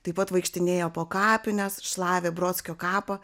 taip pat vaikštinėjo po kapines šlavė brodskio kapą